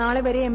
നിളെ വരെ എം